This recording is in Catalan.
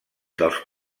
dels